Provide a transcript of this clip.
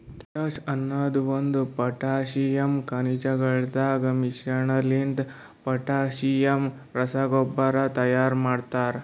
potash ಅನದ್ ಒಂದು potassium ಖನಿಜಗೊಳದಾಗ್ ಮಿಶ್ರಣಲಿಂತ ಪೊಟ್ಯಾಸಿಯಮ್ ರಸಗೊಬ್ಬರ ತೈಯಾರ್ ಮಾಡ್ತರ